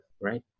Right